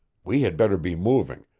we had better be moving,